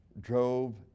drove